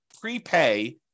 prepay